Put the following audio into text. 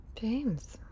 James